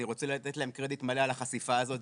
אני רוצה לתת להם קרדיט מלא על החשיפה הזאת,